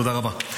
תודה רבה.